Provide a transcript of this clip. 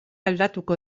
aldatuko